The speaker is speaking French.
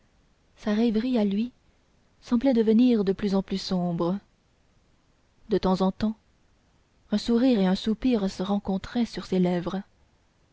sa rêverie à lui semblait devenir de plus en plus sombre de temps en temps un sourire et un soupir se rencontraient sur ses lèvres